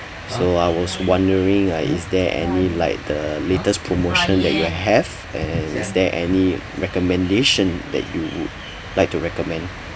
so I was wondering ah is there any like the latest promotion that you have and is there any recommendation that you would like to recommend